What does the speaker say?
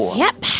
yep.